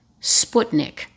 Sputnik